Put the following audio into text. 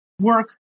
work